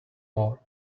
more